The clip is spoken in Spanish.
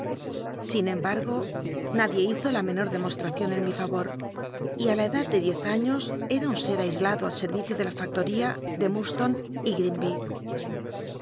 sin cmh rrgo nadie hizo la menor dcmoslracion en mi favor y á la edad de diez años em un ser aislado al setyicio de la factoría de munlstonc y